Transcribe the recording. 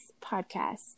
podcast